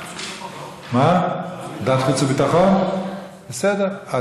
ועדת החוץ והביטחון, לא?